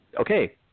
Okay